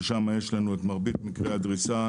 ששם יש לנו את מרבית מקרי הדריסה,